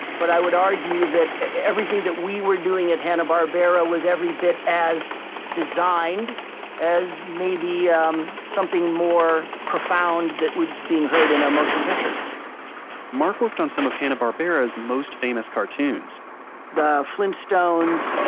but i would argue that everything that we were doing at hanna-barbera was every bit as designed as maybe um something more profound that was being heard in a motion picture mark worked on some of hanna-barbera's most famous cartoons the flintstones yeah